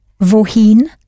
wohin